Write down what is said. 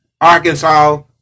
Arkansas